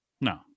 No